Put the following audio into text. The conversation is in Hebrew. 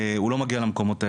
הוא לא מגיע למקומות האלו,